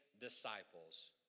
disciples